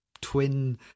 twin